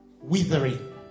withering